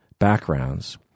backgrounds